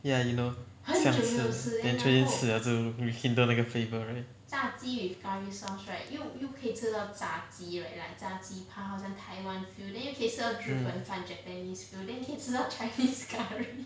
ya you know 想吃 then 就去吃 liao 久 rekindle 那个 flavour right mm